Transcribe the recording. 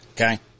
Okay